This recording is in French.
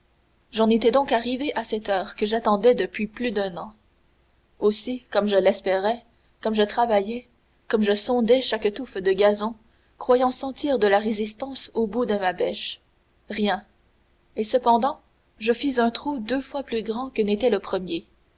j'en étais donc arrivé à cette heure que j'attendais depuis plus d'un an aussi comme j'espérais comme je travaillais comme je sondais chaque touffe de gazon croyant sentir de la résistance au bout de ma bêche rien et cependant je fis un trou deux fois plus grand que n'était le premier